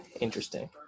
interesting